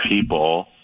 people